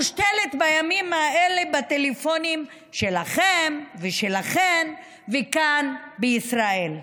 מושתלת בימים האלה בטלפונים שלכם ושלכן וכאן בישראל.